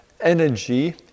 energy